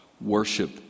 worship